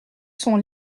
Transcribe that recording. son